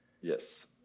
Yes